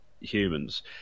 humans